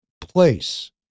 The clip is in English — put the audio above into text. place